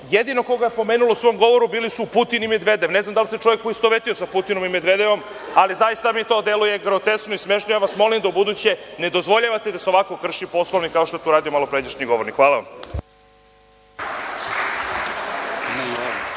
jedino koga je pomenula u svom govoru bili su Putin i Medvedev. Ne znam da li se čovek poistovetio sa Putinom i Medvedevom, ali zaista mi to deluje groteskno i smešno. Ja vas molim da ubuduće ne dozvoljavate da se ovako krši Poslovnik, kao što je to uradio malopređašnji govornik. Hvala.